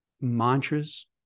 Mantras